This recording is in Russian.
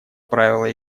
правила